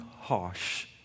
harsh